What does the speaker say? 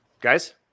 Guys